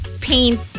paint